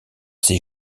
ses